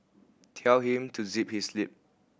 tell him to zip his lip